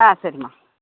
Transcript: ஆ சரிம்மா